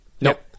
Nope